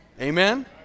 Amen